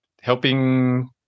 helping